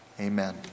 Amen